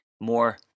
more